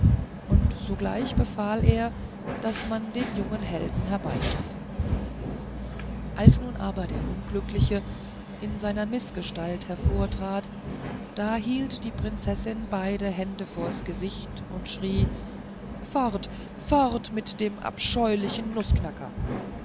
und sogleich befahl er daß man den jungen helden herbeischaffe als nun aber der unglückliche in seiner mißgestalt hervortrat da hielt die prinzessin beide hände vors gesicht und schrie fort fort mit dem abscheulichen nußknacker